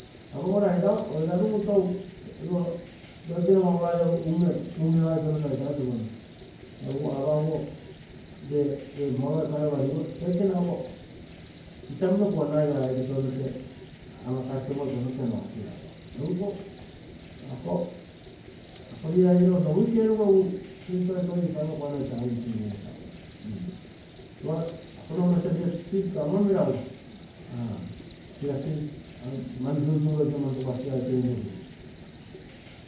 Apanno mmo rai oirarunno igo roikene mumuiagai tono taitaitopem. Egu apaguo loikene ama kuanaigai custom ogo tounoke onogasigai egu iko egu ako leader irou nno weak erugu ikoi itmino kuanai challenge etagui lopa akonogu nno serious chief taa ama meragu leadership mani tuntugu loikene mani tokasigai toi un uruine